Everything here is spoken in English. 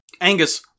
Angus